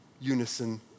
unison